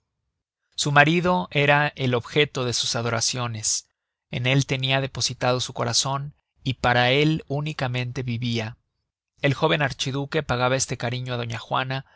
su marido era el objeto de sus adoraciones en él tenia depositado su corazon y para él únicamente vivia el jóven archiduque pagaba este cariño á doña juana